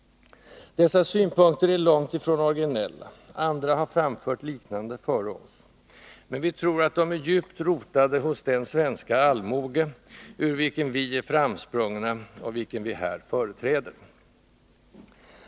Dessa synpunkter är långtifrån originella — andra har framfört liknande före oss — men vi tror att de är djupt rotade hos den svenska allmoge ur vilken vi är framsprungna och vilken vi här företräder.